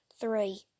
three